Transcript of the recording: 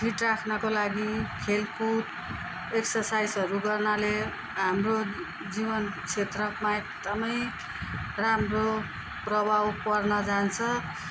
fit राख्नको लागि खेलकुद एक्सर्साइजहरू गर्नाले हाम्रो जीवन क्षेत्रको एकदमै राम्रो प्रभाव पर्न जान्छ